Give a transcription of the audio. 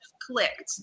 clicked